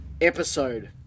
episode